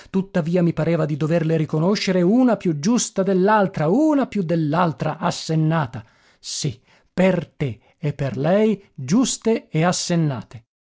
tuttavia mi pareva di doverle riconoscere una più giusta dell'altra una più dell'altra assennata sì per te e per lei giuste e assennate